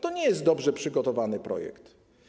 To nie jest dobrze przygotowany projekt.